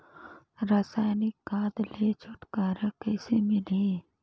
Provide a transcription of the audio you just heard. रसायनिक खाद ले छुटकारा कइसे मिलही?